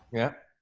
yeah.